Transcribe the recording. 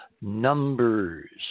numbers